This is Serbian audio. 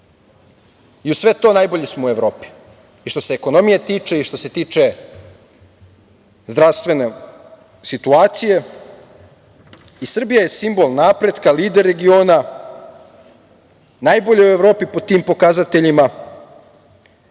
Uz sve to, najbolji smo u Evropi i što se ekonomije tiče, što se tiče zdravstvene situacije. Srbija simbol napretka, lider regiona, najbolja u Evropi po tim pokazateljima,